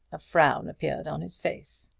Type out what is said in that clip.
a frown appeared on his face.